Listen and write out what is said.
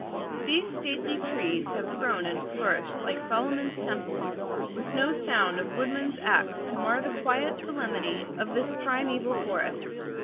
these stately trees have grown and flourished like solomon's temple with no sound of woodman's axe to mar the quiet solemnity of this primeval forest.